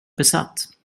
besatt